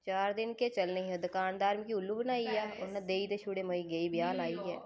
चार दिन केह् चलने हे दकानदार मि उल्लू बनाई गेआ उन्नै देई ते छुड़े में गेई ब्याह् लाइयै